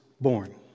born